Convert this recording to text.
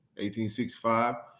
1865